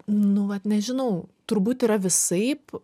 nu vat nežinau turbūt yra visaip